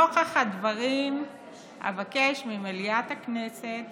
נוכח הדברים אבקש ממליאת הכנסת